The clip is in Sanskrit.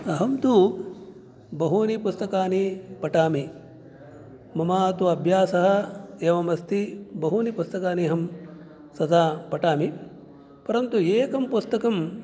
अहं तु बहूनि पुस्तकानि पठामि मम तु अभ्यासः एवम् अस्ति बहूनि पुस्तकानि अहं सदा पठामि परन्तु एकं पुस्तकं